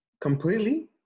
Completely